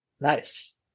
Nice